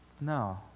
No